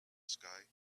sky